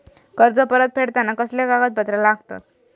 कर्ज परत फेडताना कसले कागदपत्र लागतत?